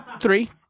Three